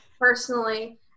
personally